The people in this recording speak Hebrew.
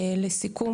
לסיכום,